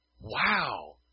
Wow